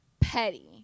Petty